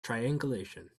triangulation